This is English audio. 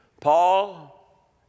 Paul